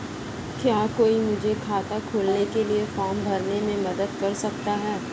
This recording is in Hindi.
क्या कोई मुझे खाता खोलने के लिए फॉर्म भरने में मदद कर सकता है?